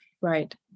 right